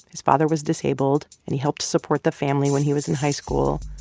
his father was disabled. and he helped support the family when he was in high school.